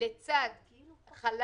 רם בן ברק, בבקשה.